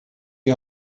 die